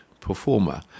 performer